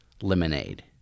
lemonade